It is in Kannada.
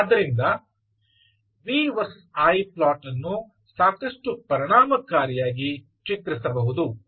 ಆದ್ದರಿಂದ V ವರ್ಸಸ್ I ಪ್ಲಾಟ್ ಅನ್ನು ಸಾಕಷ್ಟು ಪರಿಣಾಮಕಾರಿಯಾಗಿ ಚಿತ್ರಿಸಬಹುದು